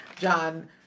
John